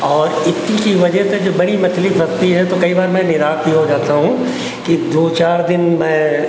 और इत्ती सी वज़ह से जो बड़ी मछली फँसती है तो कई बार मैं निराश भी हो जाता हूँ कि दो चार दिन मैं